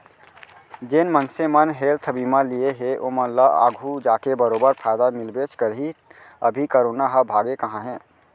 जेन मनसे मन हेल्थ बीमा लिये हें ओमन ल आघु जाके बरोबर फायदा मिलबेच करही, अभी करोना ह भागे कहॉं हे?